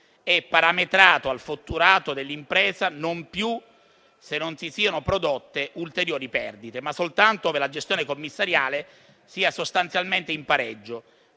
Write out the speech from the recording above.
è parametrato al fatturato dell'impresa non più se non si siano prodotte ulteriori perdite, ma soltanto ove la gestione commissariale sia sostanzialmente in pareggio,